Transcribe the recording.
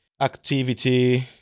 activity